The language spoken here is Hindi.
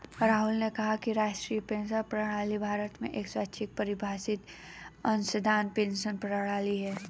राहुल ने कहा कि राष्ट्रीय पेंशन प्रणाली भारत में एक स्वैच्छिक परिभाषित अंशदान पेंशन प्रणाली है